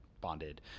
bonded